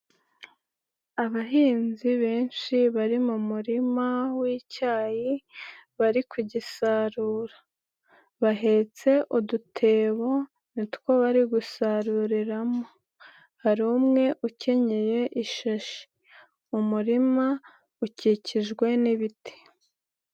Abahinzi benshi bari mu murima w'icyayi bari kugisarura, bahetse udutebo ni two bari gusaruriramo, hari umwe ukenyeye ishashi, umurima ukikijwe n'ibiti.